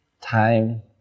time